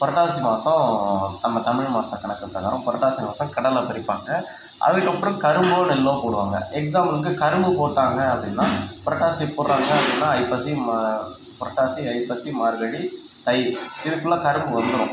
புரட்டாசி மாதம் நம்ம தமிழ் மாத கணக்கு வரும் புரட்டாசி மாதம் கடலை பறிப்பாங்க அதுக்கப்புறம் கரும்போ நெல்லோ போடுவாங்க எக்ஸாம்பிள் வந்து கரும்பு போட்டாங்க அப்படின்னா புரட்டாசி போடுகிறாங்க அப்படின்னா ஐப்பசி மா புரட்டாசி ஐப்பசி மார்கழி தை இதுக்குள்ள கரும்பு வந்துடும்